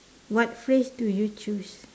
what phrase do you choose